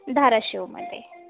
धाराशिवमध्ये